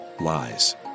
lies